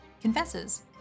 confesses